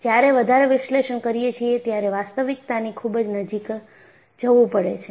જ્યારે વધારે વિશ્લેષણ કરીએ છીએ ત્યારે વાસ્તવિકતાની ખુબજ નજીક જવું પડે છે